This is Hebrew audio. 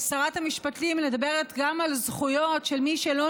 שרת המשפטים מדברת גם על זכויות של מי שלא